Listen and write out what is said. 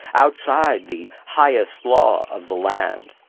outside the highest law of the land.